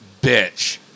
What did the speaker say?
bitch